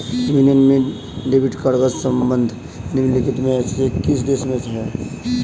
Union पे debit card का संबंध निम्नलिखित में से किस देश से है?